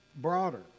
broader